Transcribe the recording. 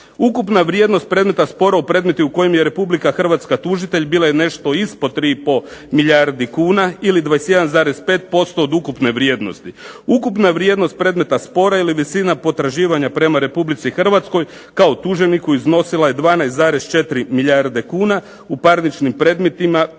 Ukupna vrijednost predmeta spora u predmetu u kojem je Republika Hrvatska tužitelj bila je nešto ispod 3 i pol milijardi kuna, ili 21,5% od ukupne vrijednosti. Ukupna vrijednost predmeta spora ili visina potraživanja prema Republici Hrvatskoj kao tuženiku iznosila je 12,4 milijarde kuna u parničnim predmetima primljenim